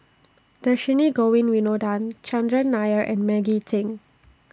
Dhershini Govin Winodan Chandran Nair and Maggie Teng